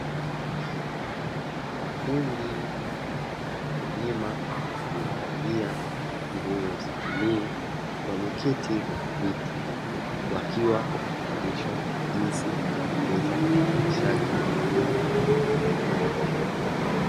Makundi ya wakulima, walio valia nguo za bluu wameketi kwenye viti, wakiwa wanafundishwa jinsi ya kuongeza uzalishaji wa kilimo.